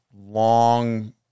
long